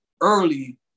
early